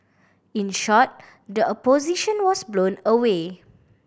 in short the Opposition was blown away